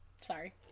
sorry